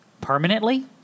Permanently